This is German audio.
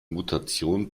mutation